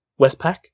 Westpac